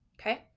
Okay